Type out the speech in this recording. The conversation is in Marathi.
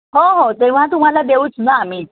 हो हो तेव्हा तुम्हाला देऊच ना आम्ही